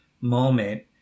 moment